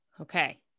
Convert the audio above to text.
Okay